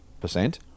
percent